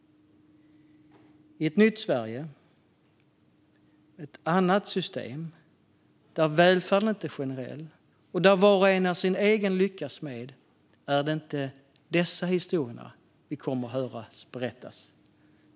I ett nytt Sverige med ett annat system där välfärden inte är generell och där var och en är sin egen lyckas smed är det inte dessa historier vi kommer att höra berättas.